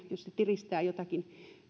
jos koronaepidemia tiristää ehkä jotakin